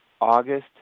August